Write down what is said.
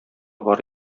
бар